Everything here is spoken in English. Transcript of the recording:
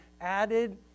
added